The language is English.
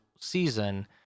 season